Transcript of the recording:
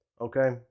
Okay